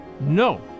no